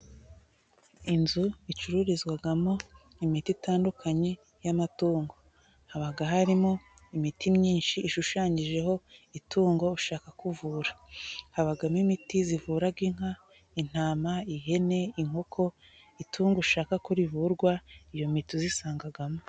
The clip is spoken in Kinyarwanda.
Inzu icururizwamo imiti itandukanye y'amatungo haba harimo imiti myinshi ishushanyijeho itungo ushaka kuvura, habamo imiti ivura inka, intama, ihene, inkoko, itungo ushaka ko rivurwa iyo miti uyisangamo.